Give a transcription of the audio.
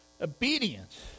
Obedience